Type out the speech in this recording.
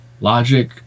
Logic